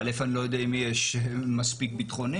א', אני לא יודע אם יש מספיק ביטחוניים.